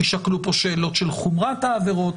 יישקלו פה שאלות של חומרת העבירות.